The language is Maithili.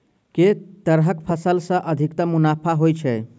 केँ तरहक फसल सऽ अधिक मुनाफा होइ छै?